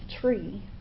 tree